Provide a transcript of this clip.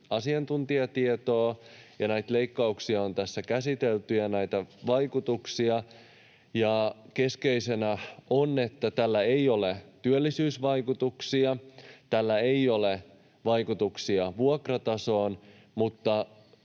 asiantuntijatietoa ja näitä leikkauksia on tässä käsitelty ja näitä vaikutuksia, ja keskeisenä asiana on, että tällä ei ole työllisyysvaikutuksia, tällä ei ole vaikutuksia vuokratasoon, mutta